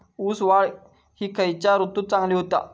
ऊस वाढ ही खयच्या ऋतूत चांगली होता?